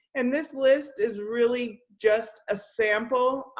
and this list is really just a sample.